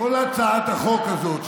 כל הצעת החוק הזאת,